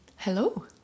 hello